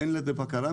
אין לזה בקרה.